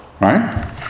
right